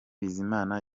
bizimana